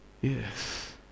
yes